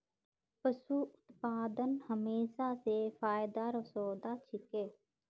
पशू उत्पादन हमेशा स फायदार सौदा छिके